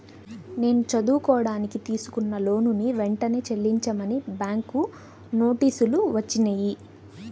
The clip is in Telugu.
నేను చదువుకోడానికి తీసుకున్న లోనుని వెంటనే చెల్లించమని బ్యాంకు నోటీసులు వచ్చినియ్యి